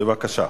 בבקשה.